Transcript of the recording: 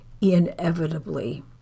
inevitably